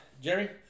Jerry